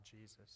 Jesus